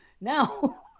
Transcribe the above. Now